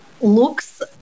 looks